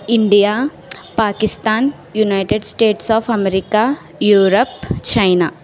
India Pakistan United States of America Europe China